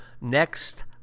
next